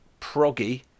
proggy